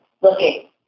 looking